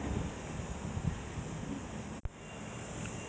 no lah jalan kayu division but it's under ang mo kio G_R_C